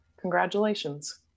congratulations